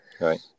Right